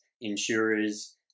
insurers